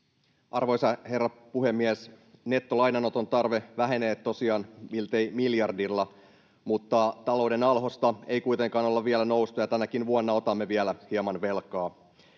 Arvoisa herra puhemies! Nettolainanoton tarve vähenee tosiaan miltei miljardilla, mutta talouden alhosta ei kuitenkaan olla vielä noustu, ja tänäkin vuonna otamme vielä hieman velkaa.